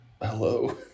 hello